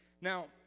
Now